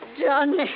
Johnny